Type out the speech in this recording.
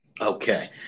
Okay